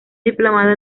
diplomado